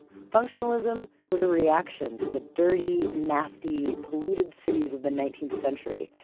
functionalism was a reaction to the dirty, nasty, polluted cities of the nineteenth century,